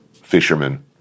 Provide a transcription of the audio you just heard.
fishermen